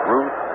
Ruth